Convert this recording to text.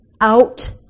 out